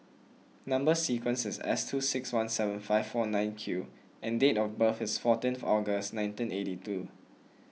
Number Sequence is S two six one seven five four nine Q and date of birth is fourteenth August nineteen eighty two